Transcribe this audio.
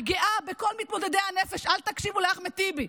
אני גאה בכל מתמודדי הנפש, אל תקשיבו לאחמד טיבי,